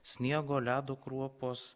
sniego ledo kruopos